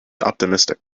optimistic